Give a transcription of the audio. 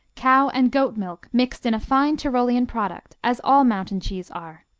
cow and goat milk mixed in a fine tyrolean product, as all mountain cheese are.